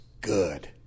good